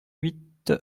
huit